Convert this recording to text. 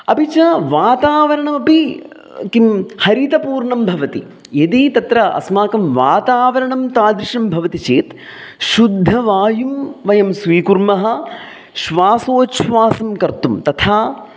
अपि च वातावरणमपि किं हरितपूर्णं भवति यदि तत्र अस्माकं वातावरणं तादृशं भवति चेत् शुद्धवायुं वयं स्वीकुर्मः श्वासोच्छ्वासं कर्तुं तथा